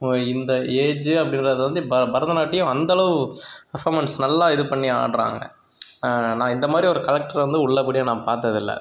இந்த ஏஜ் அப்படி ஒரு இதை வந்து ப பரதநாட்டியம் அந்த அளவு அஹமன்ஸ் நல்லா இது பண்ணி ஆடுறாங்க நான் இந்த மாதிரி ஒரு கலெக்டர் வந்து உள்ளபடி நான் பார்த்தது இல்லை